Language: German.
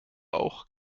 auch